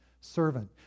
servant